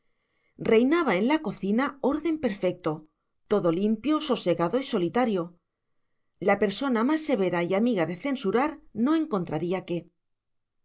reinaba en la cocina orden perfecto todo limpio sosegado y solitario la persona más severa y amiga de censurar no encontraría qué